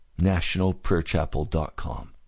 nationalprayerchapel.com